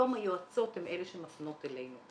היום היועצות הן אלו שמפנות אלינו.